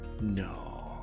No